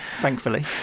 Thankfully